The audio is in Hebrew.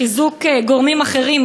חיזוק גורמים אחרים,